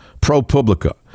ProPublica